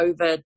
over